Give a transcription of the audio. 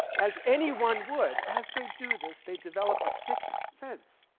as anyone would, as they do this, they develop a sixth sense,